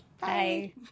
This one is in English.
Bye